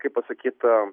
kaip pasakyt